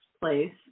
place